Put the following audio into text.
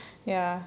ya